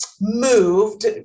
moved